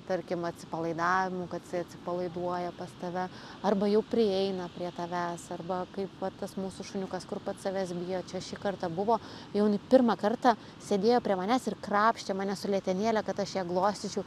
tarkim atsipalaidavimu kad jisai atsipalaiduoja pas tave arba jau prieina prie tavęs arba kaip va tas mūsų šuniukas kur pats savęs bijo čia šį kartą buvo jau ne pirmą kartą sėdėjo prie manęs ir krapštė mane su letenėle kad aš ją glostyčiau